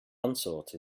unsought